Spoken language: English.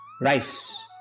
rice